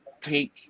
take